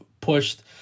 pushed